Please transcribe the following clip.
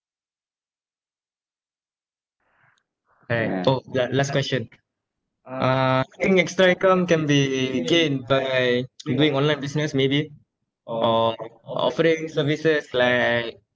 right orh la~ last question uh think extra income can be gained by doing online business maybe or offering services like